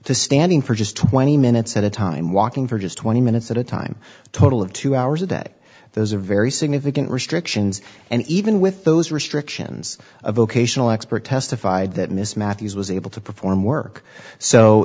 to standing for just twenty minutes at a time walking for just twenty minutes at a time a total of two hours a day those are very significant restrictions and even with those restrictions a vocational expert testified that miss matthews was able to perform work so